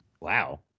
Wow